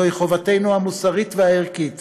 זוהי חובתנו המוסרית והערכית